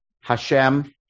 Hashem